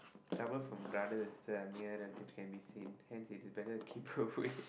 trouble from brothers that are nearer that can be seen hence it is better to keep away